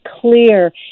clear